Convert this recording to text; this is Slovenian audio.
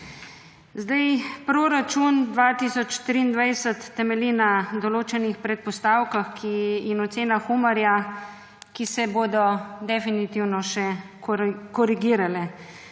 Proračun 2023 temelji na določenih predpostavkah in ocena Umarja, ki se bodo definitivno še korigirale.